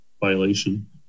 violation